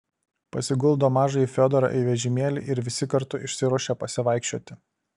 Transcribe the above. pasiguldo mažąjį fiodorą į vežimėlį ir visi kartu išsiruošia pasivaikščioti